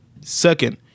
Second